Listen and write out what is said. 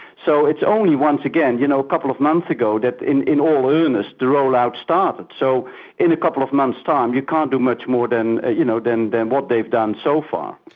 so it's only, once again, you know a couple of months ago that in in all earnest the rollout started. so in a couple of months' time you can't do much more than you know than what they've done so far.